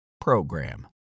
program